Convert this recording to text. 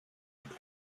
toute